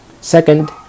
Second